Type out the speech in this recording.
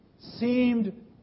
seemed